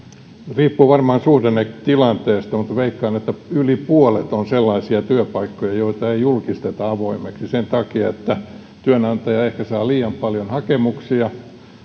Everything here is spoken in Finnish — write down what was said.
riippuu varmaan suhdannetilanteesta mutta veikkaan että yli puolet on sellaisia työpaikkoja joita ei julkisteta avoimiksi sen takia että työnantaja ehkä saa liian paljon hakemuksia